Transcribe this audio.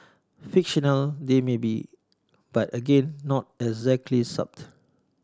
fictional they may be but again not exactly